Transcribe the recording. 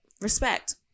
respect